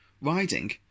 Riding